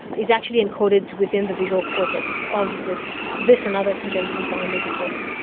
is actually encoded within the visual cortex of this this and other congenitally blind individuals.